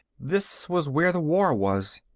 this was where the war was.